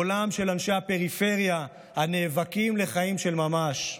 קולם של אנשי הפריפריה הנאבקים לחיים של ממש,